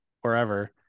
wherever